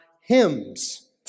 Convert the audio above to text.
hymns